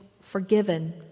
forgiven